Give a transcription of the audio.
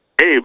Abe